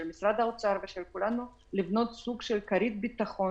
משרד האוצר ושל כולנו זה לבנות סוג של כרית ביטחון